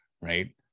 right